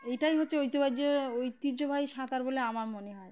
এটাই হচ্ছে ঐতিবাহ্য ঐতিহ্যবাহী সাঁতার বলে আমার মনে হয়